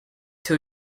two